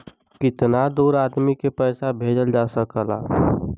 कितना दूर आदमी के पैसा भेजल जा सकला?